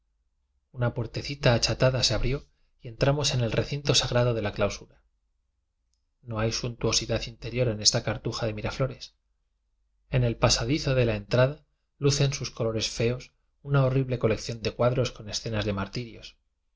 una puertecita achatada se abrió y en tramos en el recinto sagrado de la clausu ra no hay suntuosidad interior en esta cartuja de miraflores en el pasadizo de la entrada lucen sus colores feos una horri ble colección de cuadros con escenas de